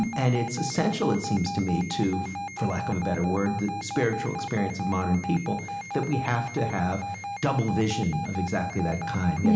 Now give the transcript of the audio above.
and and it's essential, it seems to me, to for lack of a better word the spiritual experience of modern people that we have to have double vision of exactly that kind. and